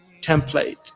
template